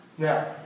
Now